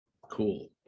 Cool